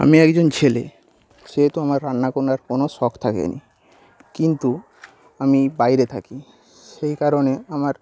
আমি একজন ছেলে সেহেতু আমার রান্না করার কোনও শখ থাকেনি কিন্তু আমি বাইরে থাকি সেই কারণে আমার